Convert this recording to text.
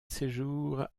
séjour